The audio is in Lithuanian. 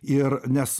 ir nes